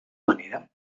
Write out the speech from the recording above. manera